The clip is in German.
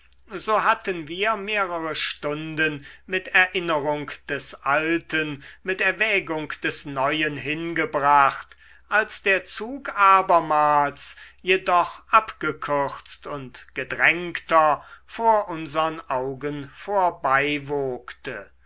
so hatten wir mehrere stunden mit erinnerung des alten mit erwägung des neuen hingebracht als der zug abermals jedoch abgekürzt und gedrängter vor unsern augen